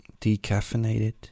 decaffeinated